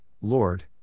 Lord